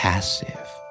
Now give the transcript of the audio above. Passive